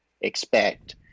expect